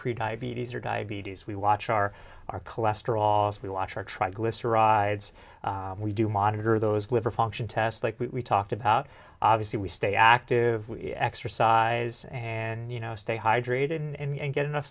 pre diabetes or diabetes we watch our our cholesterol as we watch our triglycerides we do monitor those liver function tests like we talked about obviously we stay active we exercise and you know stay hydrated and get enough